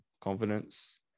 confidence